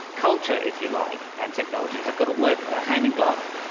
culture if you like, and technology have got to work ah hand in glove.